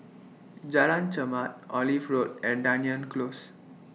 Jalan Chermat Olive Road and Dunearn Close